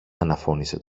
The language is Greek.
αναφώνησε